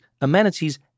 amenities